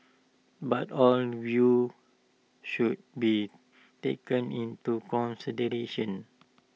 but all views should be taken into consideration